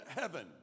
heaven